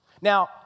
Now